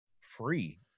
free